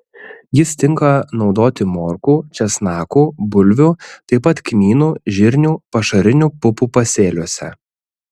jis tinka naudoti morkų česnakų bulvių taip pat kmynų žirnių pašarinių pupų pasėliuose